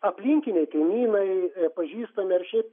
aplinkiniai kaimynai pažįstami ar šiaip